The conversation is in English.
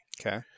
Okay